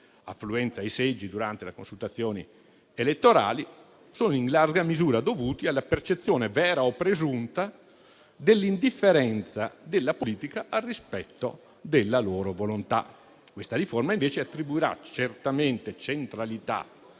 affluenza ai seggi durante le consultazioni elettorali, sono in larga misura dovuti alla percezione, vera o presunta, dell'indifferenza della politica al rispetto della loro volontà. Questa riforma, invece, attribuirà certamente centralità